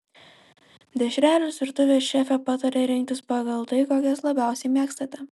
dešreles virtuvės šefė pataria rinktis pagal tai kokias labiausiai mėgstate